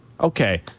Okay